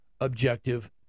objective